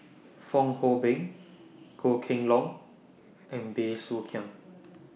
Fong Hoe Beng Goh Kheng Long and Bey Soo Khiang